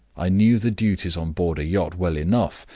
i knew the duties on board a yacht well enough,